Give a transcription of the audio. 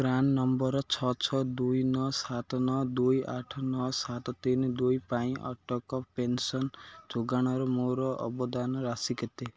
PRAN number ଛଅ ଛଅ ଦୁଇ ନଅ ସାତ ନଅ ଦୁଇ ଆଠ ନଅ ସାତ ତିନି ଦୁଇ ପାଇଁ ଅଟକ ପେନ୍ସନ୍ ଯୋଗାଣର ମୋର ଅବଦାନ ରାଶି କେତେ